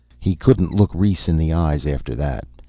he couldn't look rhes in the eyes after that.